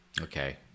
Okay